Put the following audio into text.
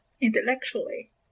intellectually